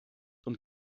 und